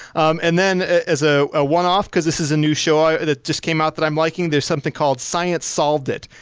um and then as ah ah one off, because this is a new show that just came up that i'm liking, there's something called science solve it,